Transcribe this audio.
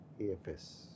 AFS